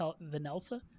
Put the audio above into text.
Vanessa